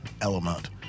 element